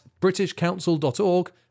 britishcouncil.org